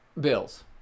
Bills